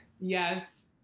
Yes